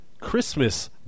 Christmas